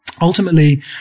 Ultimately